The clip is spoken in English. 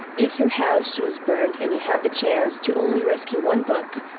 if your house was burnt and you had the chance to only rescue one book,